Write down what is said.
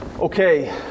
Okay